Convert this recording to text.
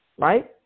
right